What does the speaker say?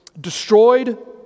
destroyed